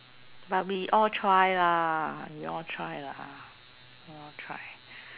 but we all try lah we all try lah we all try